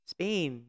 Spain